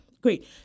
great